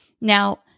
Now